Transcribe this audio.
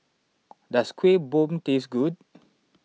does Kueh Bom taste good